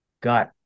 got